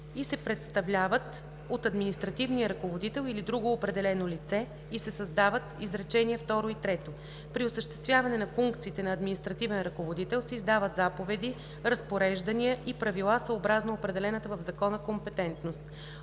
„и се представляват от административния ръководител или друго определено лице“ и се създават изречения второ и трето: „При осъществяване на функциите на административен ръководител се издават заповеди, разпореждания и правила съобразно определената в закона компетентност.